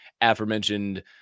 aforementioned